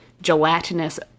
gelatinous